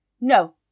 No